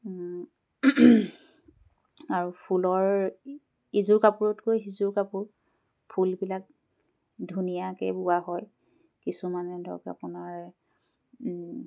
আৰু ফুলৰ ইযোৰ কাপোৰতকৈ সিযোৰ কাপোৰ ফুলবিলাক ধুনীয়াকৈ বোৱা হয় কিছুমানে ধৰক আপোনাৰ